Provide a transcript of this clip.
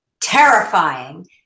terrifying